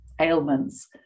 ailments